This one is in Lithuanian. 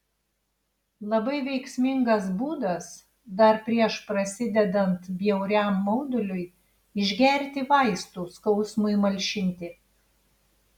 labai veiksmingas būdas dar prieš prasidedant bjauriam mauduliui išgerti vaistų skausmui malšinti